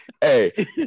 hey